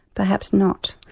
perhaps not.